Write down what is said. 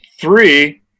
Three